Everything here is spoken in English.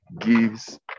gives